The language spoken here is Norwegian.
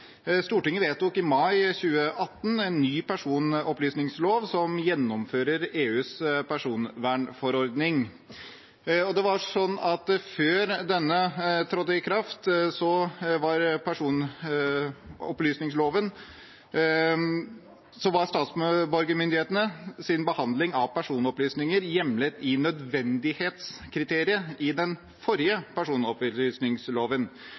Stortinget vedtok i mai 2018 en ny personopplysningslov, som gjennomfører EUs personvernforordning. Før denne trådte i kraft, var statsborgermyndighetenes behandling av personopplysninger hjemlet i nødvendighetskriteriet i den forrige personopplysningsloven, og Utlendingsdirektoratet hadde konsesjon fra Datatilsynet for å behandle personopplysninger. I den